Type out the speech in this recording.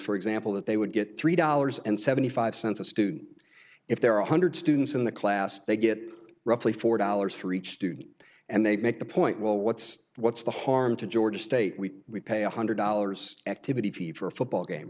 for example that they would get three dollars and seventy five cents a student if there are one hundred students in the class they get roughly four dollars for each student and they make the point well what's what's the harm to georgia state we we pay one hundred dollars activity fee for a football game